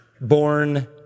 born